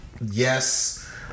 yes